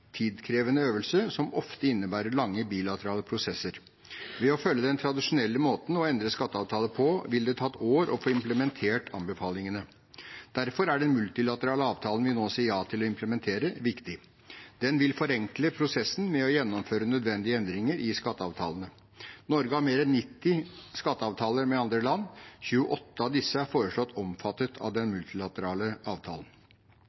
tidkrevende øvelse som ofte innebærer lange bilaterale prosesser. Ved å følge den tradisjonelle måten å endre skatteavtaler på vil det ta år å få implementert anbefalingene. Derfor er den multilaterale avtalen vi nå sier ja til å implementere, viktig. Den vil forenkle prosessen med å gjennomføre nødvendige endringer i skatteavtalene. Norge har mer enn 90 skatteavtaler med andre land. 28 av disse er foreslått omfattet av den multilaterale avtalen.